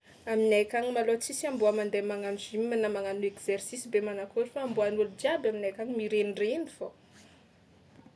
Aminay akagny malôha tsisy amboa mandeha magnano gym na magnano exercice be manakôry fa amboan'olo jiaby aminay akagny mirenireny fao.